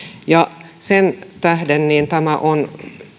sen tähden tämä on